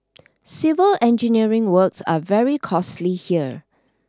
civil engineering works are very costly here